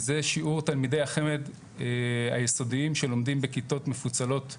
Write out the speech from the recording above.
זה שיעור תלמידי החמ"ד היסודיים שלומדים בכיתות מפוצלות מגדרית,